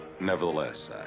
Nevertheless